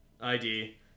ID